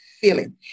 feeling